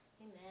Amen